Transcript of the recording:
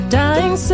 dying